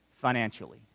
financially